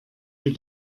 die